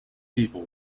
people